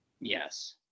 yes